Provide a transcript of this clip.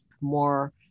more